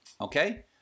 Okay